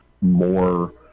more